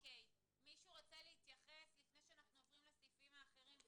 מישהו רוצה להתייחס לפני שאנחנו עוברים לסעיפים האחרים?